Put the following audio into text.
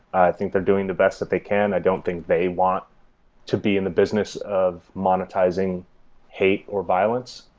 i think they're doing the best that they can. i don't think they want to be in the business of monetizing hate, or violence.